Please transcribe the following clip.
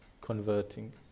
converting